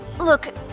Look